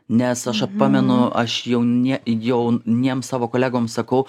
nes aš vat pamenu aš jau nie jau niems savo kolegoms sakau